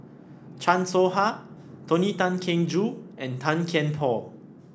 Chan Soh Ha Tony Tan Keng Joo and Tan Kian Por